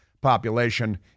population